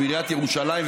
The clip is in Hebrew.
מעיריית ירושלים,